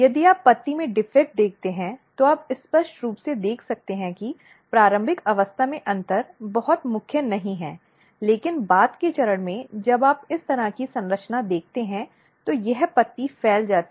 यदि आप पत्ती में दोष देखते हैं तो आप स्पष्ट रूप से देख सकते हैं कि प्रारंभिक अवस्था में अंतर बहुत मुख्य नहीं है लेकिन बाद के चरण में जब आप इस तरह की संरचना देखते हैं तो यह पत्ती फैल जाती है